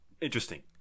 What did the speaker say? interesting